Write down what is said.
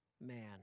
man